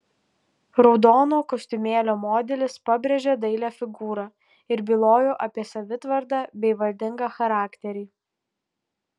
raudono kostiumėlio modelis pabrėžė dailią figūrą ir bylojo apie savitvardą bei valdingą charakterį